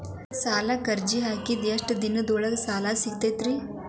ಸಾಲಕ್ಕ ಅರ್ಜಿ ಹಾಕಿದ್ ಎಷ್ಟ ದಿನದೊಳಗ ಸಾಲ ಸಿಗತೈತ್ರಿ?